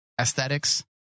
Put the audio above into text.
aesthetics